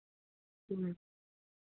ह्म्म